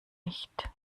nicht